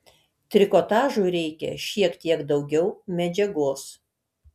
trikotažui reikia šiek teik daugiau medžiagos